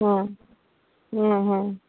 ᱦᱮᱸ ᱦᱮᱸ ᱦᱮᱸ